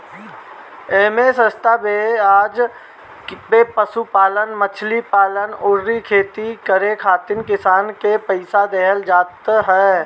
एमे सस्ता बेआज पे पशुपालन, मछरी पालन अउरी खेती करे खातिर किसान के पईसा देहल जात ह